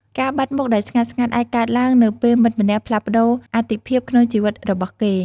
ការបាត់់មុខដោយស្ងាត់ៗអាចកើតឡើងនៅពេលមិត្តម្នាក់ផ្លាស់ប្តូរអាទិភាពក្នុងជីវិតរបស់គេ។